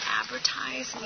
advertise